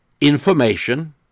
information